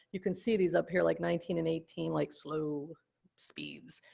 you can see these up here like nineteen and eighteen, like, slow speeds.